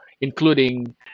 including